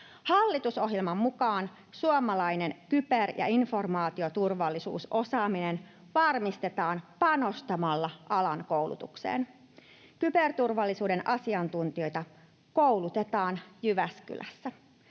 Hallitusohjelman mukaan suomalainen kyber- ja informaatioturvallisuusosaaminen varmistetaan panostamalla alan koulutukseen. Kyberturvallisuuden asiantuntijoita koulutetaan Jyväskylässä.